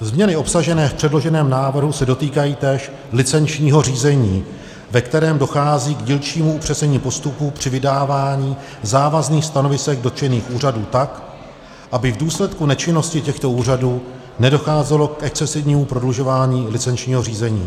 Změny obsažené v předloženém návrhu se dotýkají též licenčního řízení, ve kterém dochází k dílčímu upřesnění postupu při vydávání závazných stanovisek dotčených úřadů tak, aby v důsledku nečinnosti těchto úřadů nedocházelo k excesivnímu prodlužování licenčního řízení.